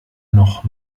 noch